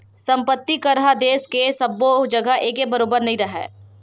संपत्ति कर ह देस के सब्बो जघा एके बरोबर नइ राहय